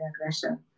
aggression